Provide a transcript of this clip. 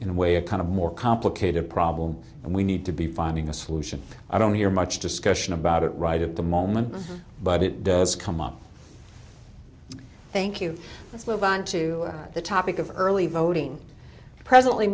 in a way a kind of more complicated problem and we need to be finding a solution i don't hear much discussion about right at the moment but it does come up thank you let's move on to the topic of early voting presently